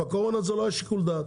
בקורונה זה לא היה שיקול דעת.